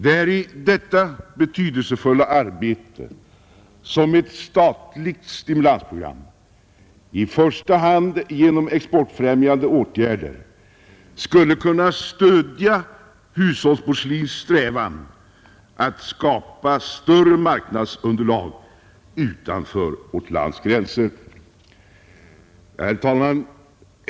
Det är i detta betydelsefulla arbete som ett statligt stimulansbidrag, i första hand genom exportfrämjande åtgärder, skulle kunna stödja hushållsporslinsindustrins strävan att skaffa sig större marknadsunderlag utanför vårt lands gränser. Herr talman!